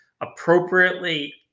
appropriately